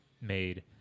made